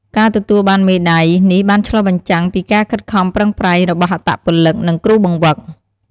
ការទទួលបានមេដាយនេះបានឆ្លុះបញ្ចាំងពីការខិតខំប្រឹងប្រែងរបស់អត្តពលិក និងគ្រូបង្វឹក។